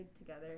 together